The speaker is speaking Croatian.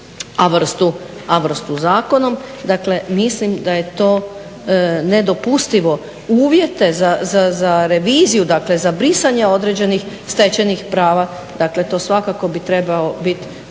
a vrstu zakonom. Dakle, mislim da je to nedopustivo. Uvjete za reviziju, dakle za brisanje određenih stečenih prava, dakle to svakako bi trebalo biti